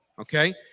Okay